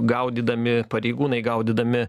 gaudydami pareigūnai gaudydami